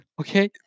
okay